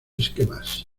esquemas